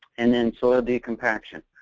and then soil decompaction.